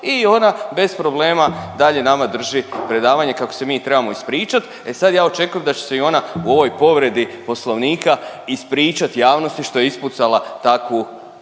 i ona bez problema dalje nama drži predavanje kako se mi trebamo ispričat. E sad i ja očekujem da će se i ona u ovoj povredi poslovnika ispričat javnosti što je ispucala takvu